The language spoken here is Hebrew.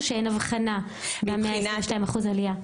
או שאין הבחנה ב-122% עלייה?